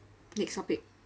next topic